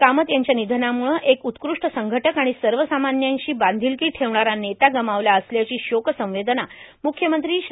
कामत यांच्या निधनामुळं एक उत्कृष्ट संघटक आणि सर्वसामान्यांशी बांधिलकी ठेवणारा नेता गमावला असल्याची शोकसंवेदना मुख्यमंत्री श्री